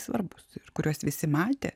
svarbūs ir kuriuos visi matė